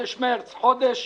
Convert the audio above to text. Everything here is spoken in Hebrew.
רבותיי, בחודש מרס, בחודש